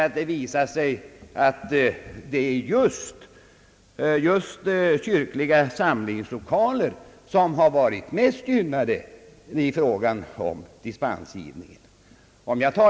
Av den framgår nämligen att just kyrkliga samlingslokaler blivit mest gynnade i fråga om dispensgivning.